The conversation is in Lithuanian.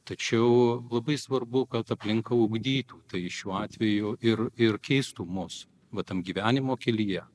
tačiau labai svarbu kad aplinka ugdytų tai šiuo atveju ir ir keistų mus va tam gyvenimo kelyje